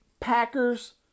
packers